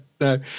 no